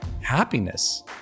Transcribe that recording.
happiness